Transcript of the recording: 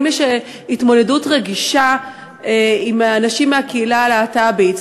האם יש התמודדות רגישה עם אנשים מהקהילה הלהט"בית?